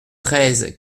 treize